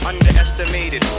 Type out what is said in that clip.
Underestimated